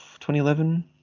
2011